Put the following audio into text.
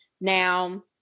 now